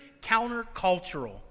countercultural